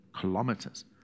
kilometers